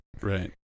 Right